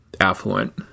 affluent